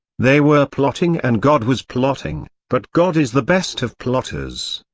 they were plotting and god was plotting, but god is the best of plotters.